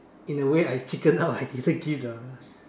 in a way I chickened out I didn't give the